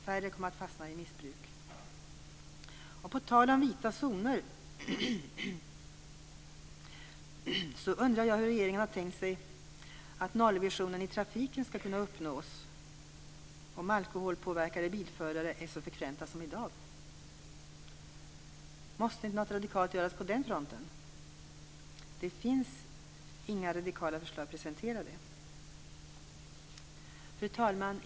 Färre kommer att fastna i missbruk. På tal om vita zoner undrar jag hur regeringen har tänkt sig att nollvisionen i trafiken ska kunna uppnås om alkoholpåverkade bilförare är så frekventa som i dag. Måste inte något radikalt göras på den fronten? Det finns inga radikala förslag presenterade. Fru talman!